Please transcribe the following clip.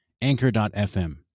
Anchor.fm